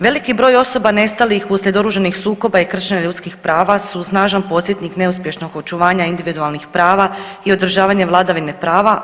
Veliki broj osoba nestalih uslijed oružanih sukoba i kršenja ljudskih prava su snažan podsjetnik neuspješnog očuvanja individualnih prava i održavanje vladavine prava.